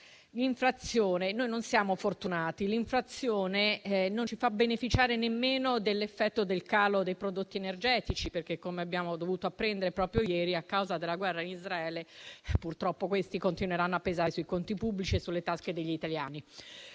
mondiale. Noi non siamo fortunati: l'inflazione non ci fa beneficiare nemmeno dell'effetto del calo dei prodotti energetici, perché - come abbiamo dovuto apprendere proprio ieri - a causa della guerra in Israele purtroppo questi continueranno a pesare sui conti pubblici e sulle tasche degli italiani,